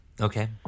Okay